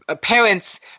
Parents